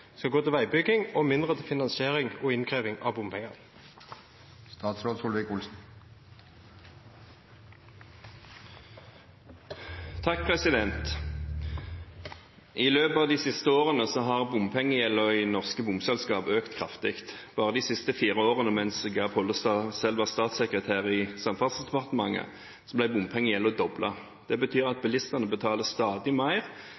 skal gå til veibygging og mindre til finansiering og innkreving av bompenger?» I løpet av de siste årene har bompengegjelden i norske bomselskaper økt kraftig. Bare de siste fire årene, mens Geir Pollestad selv var statssekretær i Samferdselsdepartementet, ble bompengegjelden doblet. Det betyr at bilistene betaler stadig mer